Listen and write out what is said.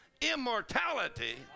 immortality